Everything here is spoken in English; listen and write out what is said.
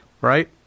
right